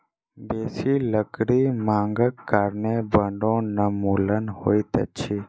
बेसी लकड़ी मांगक कारणें वनोन्मूलन होइत अछि